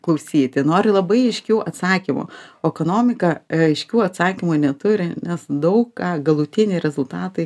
klausyti nori labai aiškių atsakymų okonomika aiškių atsakymų neturi nes daug ką galutiniai rezultatai